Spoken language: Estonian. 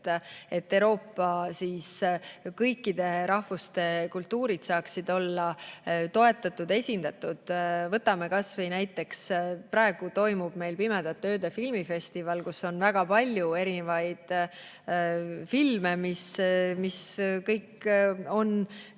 et Euroopa kõikide rahvuste kultuurid saaksid olla toetatud, esindatud. Võtame kas või selle, et praegu toimub meil Pimedate Ööde filmifestival, kus on väga palju erinevaid filme, mis kõik on ka